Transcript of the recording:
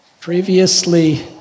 Previously